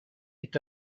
est